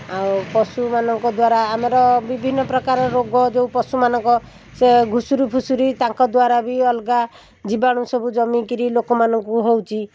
ଆଉ ପଶୁମାନଙ୍କ ଦ୍ୱାରା ଆମର ବିଭିନ୍ନ ପ୍ରକାର ରୋଗ ଯେଉଁ ପଶୁମାନଙ୍କ ସେ ଘୁଷୁରୀ ଫୁଷୁରି ତାଙ୍କ ଦ୍ୱାରା ବି ଅଲଗା ଜୀବାଣୁ ସବୁ ଜମିକରି ଲୋକମାନଙ୍କୁ ହେଉଛି